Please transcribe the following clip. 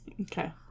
Okay